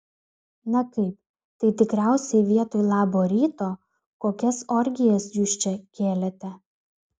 na kaip tai tikriausiai vietoj labo ryto kokias orgijas jūs čia kėlėte